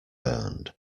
burned